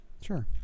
sure